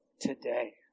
today